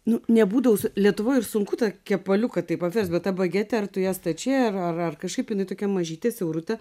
nu nebūdavo lietuvoje ir sunku tą kepaliuką taip apversti bet ta bagete ar tu ją stačiai ar kažkaip jinai tokia mažytė siaurutė